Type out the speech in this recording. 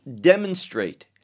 demonstrate